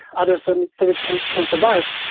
other service service can can survive,